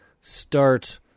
start